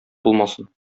булмасын